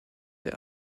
der